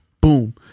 Boom